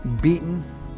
beaten